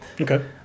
okay